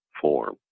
form